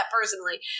personally